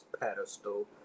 pedestal